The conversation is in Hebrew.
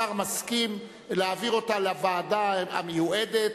השר מסכים להעביר אותה לוועדה המיועדת,